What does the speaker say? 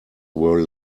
were